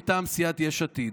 מטעם סיעת יש עתיד.